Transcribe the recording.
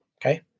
Okay